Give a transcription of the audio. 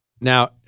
Now